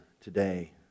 today